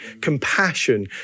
compassion